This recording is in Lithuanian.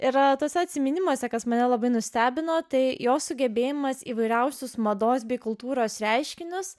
yra tas atsiminimuose kas mane labai nustebino tai jo sugebėjimas įvairiausius mados bei kultūros reiškinius